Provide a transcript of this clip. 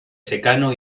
secano